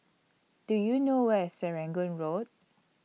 Do YOU know Where IS Serangoon Road